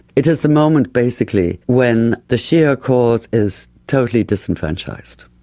it is the moment basically when the shia cause is totally disenfranchised,